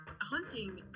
Hunting